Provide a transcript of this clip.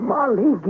Molly